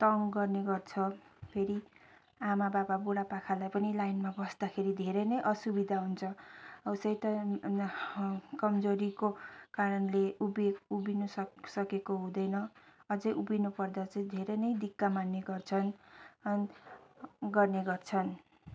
तङ गर्ने गर्छ फेरि आमा बाबा बुढा पाखालाई पनि लाइनमा बस्दाखेरि धेरै नै असुविधा हुन्छ उसै त कमजोरीको कारणले उभिएको उभिन सकेको हुँदैन अझै उभिनु पर्दा चाहिँ धेरै नै दिक्क मान्ने गर्छन् अन् गर्ने गर्छन्